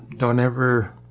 don't ever,